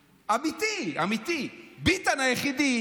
אמיתי, אמיתי, ביטן היחיד,